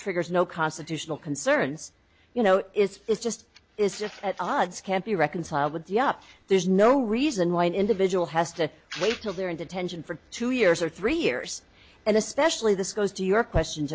triggers no constitutional concerns you know it's just it's just at odds can't be reconciled with the up there's no reason why an individual has to wait till they're in detention for two years or three years and especially this goes to your question